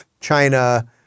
China